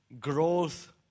growth